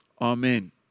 Amen